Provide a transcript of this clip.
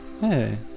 Hey